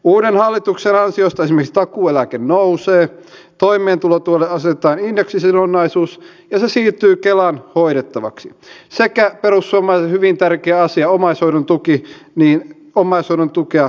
uuden hallituksen ansiosta esimerkiksi takuueläke nousee toimeentulotuelle asetetaan indeksisidonnaisuus ja se siirtyy kelan hoidettavaksi sekä perussuomalaisille hyvin tärkeä asia omaishoidon tukea nostetaan